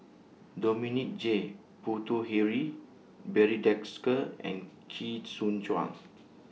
Dominic J Puthucheary Barry Desker and Chee Soon Juan